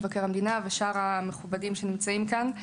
מבקר המדינה ולשאר המכובדים שנמצאים כאן.